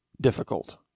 difficult